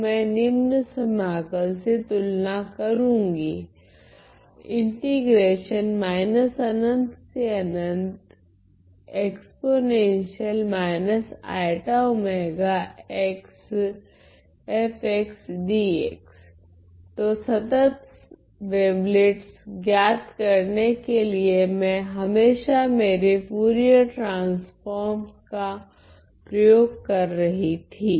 तो मैं निम्न समाकल से तुलना करूंगी तो संतत् वेवलेट्स ज्ञात करने के लिए मैं हमेशा मेरे फुरियर ट्रांसफोर्मस का प्रयोग कर रही थी